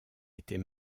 était